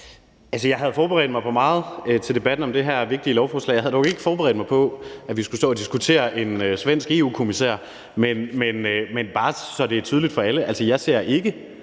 Jeg havde forberedt mig på meget til debatten om det her vigtige lovforslag. Jeg havde dog ikke forberedt mig på, at vi skulle stå og diskutere en svensk EU-kommissær, men jeg vil bare sige, så det er tydeligt for alle: Jeg ser ikke